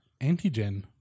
antigen